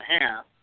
half